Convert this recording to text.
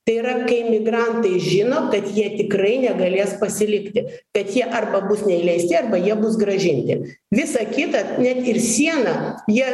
tai yra kai migrantai žino kad jie tikrai negalės pasilikti kad jie arba bus neįleisti arba jie bus grąžinti visą kitą net ir sieną jie